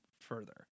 further